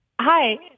Hi